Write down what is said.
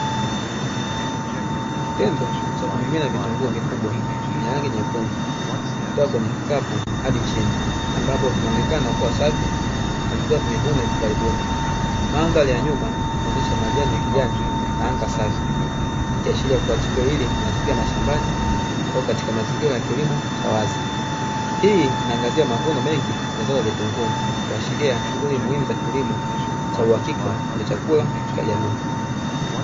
Kitendo cha kumimina vitunguu vikubwa vyenye rangi nyekundu kutoka kwenye kikapu hadi chini ambapo vinaonekana kuwa safi na vikiwa vimevunwa hivi karibuni. Mandhari ya nyuma inaonesha majani ya kijani na anga safi ikiashiria tukio hili linatokea mashambani au katika mazingira ya kilimo cha wazi. Hii inaangazia mavuno mengi ya zao la vitunguu kuashiria shughuli muhimu za kilimo cha uhakika na chakula katika jamii.